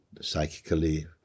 psychically